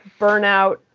burnout